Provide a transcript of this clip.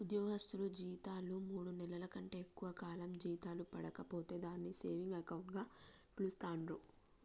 ఉద్యోగస్తులు జీతాలు మూడు నెలల కంటే ఎక్కువ కాలం జీతాలు పడక పోతే దాన్ని సేవింగ్ అకౌంట్ గా పిలుస్తాండ్రు